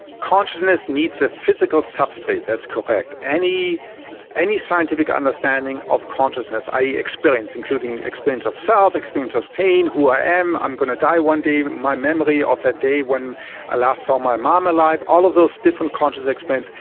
consciousness needs a physical substrate, that's correct. any any scientific understanding of consciousness, i. e. experience, including experience of self, experience of pain, who i am, i'm going to die one day, my memory of that day when i last saw my mum alive, all of those different conscious experiences,